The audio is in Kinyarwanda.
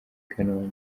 kanombe